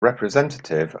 representative